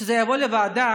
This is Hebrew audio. שזה יבוא לוועדה.